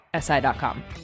si.com